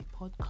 podcast